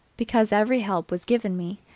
because every help was given me,